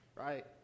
right